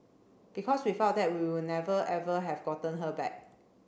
because without that we would never ever have gotten her back